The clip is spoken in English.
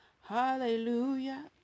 Hallelujah